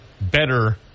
better